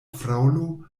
fraŭlo